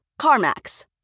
CarMax